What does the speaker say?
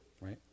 right